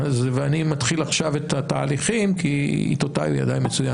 הוא מתחיל עכשיו את התהליכים כי עתותיו בידיו,